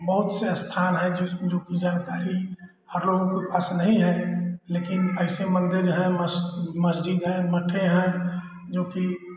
बहुत से स्थान हैं जो जो की जानकारी हर लोगों के पास नहीं है लेकिन ऐसे मंदिर हैं मस मस्जिद हैं मठे हैं जो की